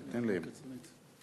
חוק הכשרות המשפטית והאפוטרופסות (תיקון מס' 17),